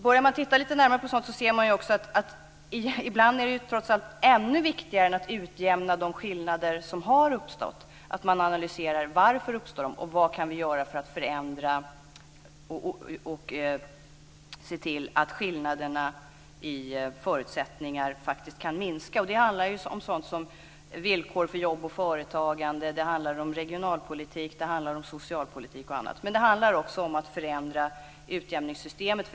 Börjar man titta närmare på sådant ser man också att ännu viktigare än att utjämna de skillnader som har uppstått ibland är att analysera varför de uppstår och vad vi kan göra för att förändra och se till att skillnaderna i förutsättningar faktiskt kan minska. Det handlar om sådant som villkor för jobb och företagande. Det handlar om regionalpolitik. Det handlar om socialpolitik och annat. Men det handlar också om att förändra utjämningssystemet.